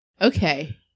Okay